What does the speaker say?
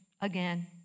again